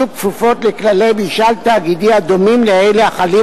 יהיו כפופות לכללי ממשל תאגידי הדומים לאלה החלים